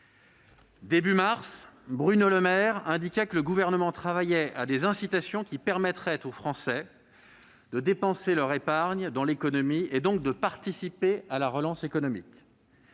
Début mars, Bruno Le Maire indiquait que le Gouvernement travaillait à des incitations qui permettraient aux Français de dépenser leur épargne dans l'économie, et donc de participer à la relance économique.